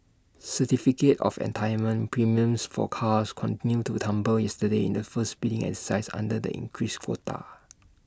certificate of entitlement premiums for cars continued to tumble yesterday in the first bidding exercise under the increased quota